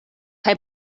kaj